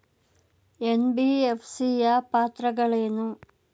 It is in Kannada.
ಎನ್.ಬಿ.ಎಫ್.ಸಿ ಯ ಪಾತ್ರಗಳೇನು?